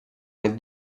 nel